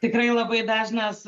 tikrai labai dažnas